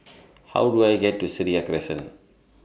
How Do I get to Seraya Crescent